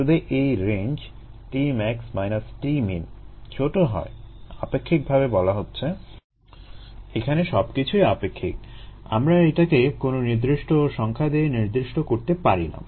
যদি এই range Tmax Tmin ছোট হয় আপেক্ষিকভাবে বলা হচ্ছে এখানে সবকিছুই আপেক্ষিক আমরা এটাকে কোনো নির্দিষ্ট সংখ্যা দিয়ে নির্দিষ্ট করতে পারি না